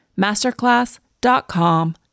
Masterclass.com